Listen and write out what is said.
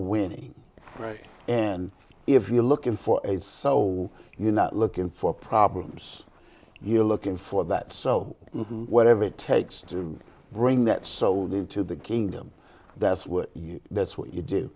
winning right and if you're looking for a soul you're not looking for problems you're looking for that so whatever it takes to bring that sold into the kingdom that's what that's what you do